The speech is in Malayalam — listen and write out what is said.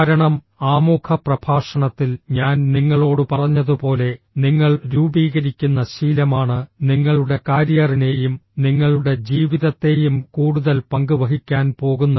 കാരണം ആമുഖ പ്രഭാഷണത്തിൽ ഞാൻ നിങ്ങളോട് പറഞ്ഞതുപോലെ നിങ്ങൾ രൂപീകരിക്കുന്ന ശീലമാണ് നിങ്ങളുടെ കാരിയറിനെയും നിങ്ങളുടെ ജീവിതത്തെയും കൂടുതൽ പങ്ക് വഹിക്കാൻ പോകുന്നത്